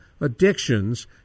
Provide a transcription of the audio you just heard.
addictions